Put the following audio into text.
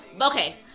Okay